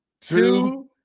two